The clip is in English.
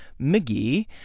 McGee